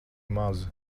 maz